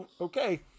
okay